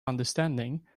understanding